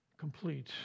complete